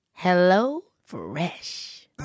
HelloFresh